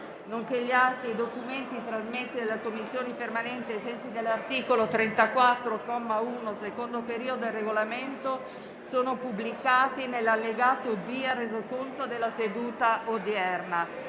nonché gli atti e i documenti trasmessi alle Commissioni permanenti ai sensi dell'articolo 34, comma 1, secondo periodo, del Regolamento sono pubblicati nell'allegato B al Resoconto della seduta odierna.